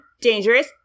dangerous